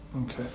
Okay